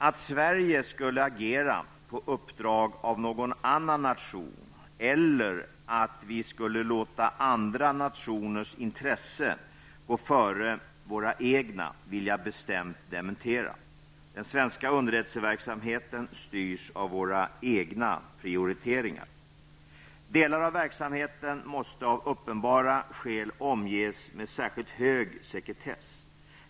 Att Sverige skulle agera på uppdrag av någon annan nation eller att vi skulle låta andra nationers intresse gå före våra egna vill jag bestämt dementera. Den svenska underrättelseverksamheten styrs av våra egna prioriteringar. Delar av verksamheten måste av uppenbara skäl omges med särskilt hög sekretess.